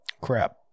Crap